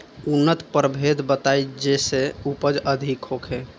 उन्नत प्रभेद बताई जेसे उपज अधिक होखे?